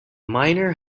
miner